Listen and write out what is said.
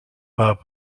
pas